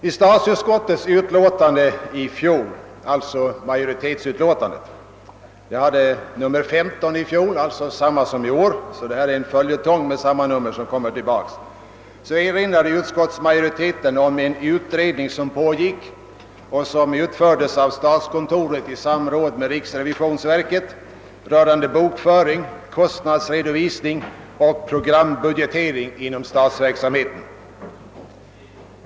I statsutskottets utlåtande i fjol — det hade samma nummer som årets utlåtande, nämligen nr 15 — erinrade utskottsmajoriteten om den utredning som pågick och som utfördes av statskontoret i samråd med riksrevi ring inom statsverksamheten.